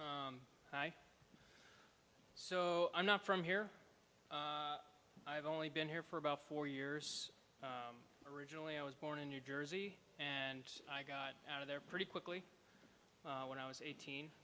so i'm not from here i've only been here for about four years originally i was born in new jersey and i got out of there pretty quickly when i was eighteen